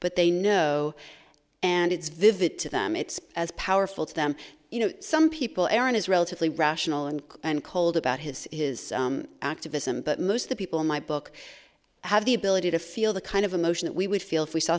but they know and it's vivid to them it's as powerful to them you know some people aaron is relatively rational and then cold about his his activism but most of the people in my book have the ability to feel the kind of emotion that we would feel if we saw